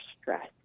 stress